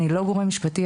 אני לא גורם משפטי,